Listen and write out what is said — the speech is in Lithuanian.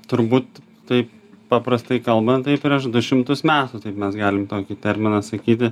turbūt taip paprastai kalbant tai prieš du šimtus metų taip mes galim tokį terminą sakyti